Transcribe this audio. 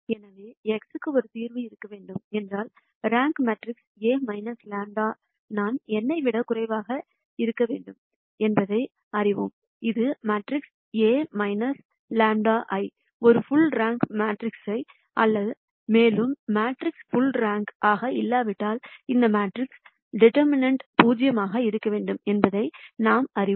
எனவே x க்கு ஒரு தீர்வு இருக்க வேண்டும் என்றால் ரேங்க் மேட்ரிக்ஸாசை A λ I n ஐ விட குறைவாக இருக்க வேண்டும் என்பதை அறிவோம் இது மேட்ரிக்ஸ் A λ I ஒரு ஃபுல் ரேங்க் மேட்ரிக்ஸாசை அல்ல மேலும் மேட்ரிக்ஸ் ஃபுல் ரேங்க் இல்லாவிட்டால் அந்த மேட்ரிக்ஸை டீடெர்மினன்ட் 0 ஆக இருக்க வேண்டும் என்பதை நாம் அறிவோம்